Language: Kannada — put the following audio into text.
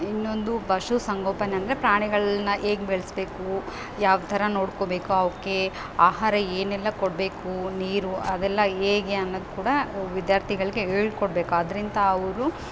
ಇನ್ನೊಂದು ಪಶುಸಂಗೋಪನೆ ಅಂದರೆ ಪ್ರಾಣಿಗಳನ್ನ ಹೇಗ್ ಬೆಳೆಸ್ಬೇಕು ಯಾವ ಥರ ನೋಡ್ಕೋಬೇಕು ಅವಕ್ಕೆ ಆಹಾರ ಏನೆಲ್ಲ ಕೊಡಬೇಕು ನೀರು ಅದೆಲ್ಲ ಹೇಗೆ ಅನ್ನೋದ್ ಕೂಡ ವಿದ್ಯಾರ್ಥಿಗಳಿಗೆ ಹೇಳ್ಕೊಡ್ಬೇಕ್ ಅದ್ರಿಂದ ಅವರು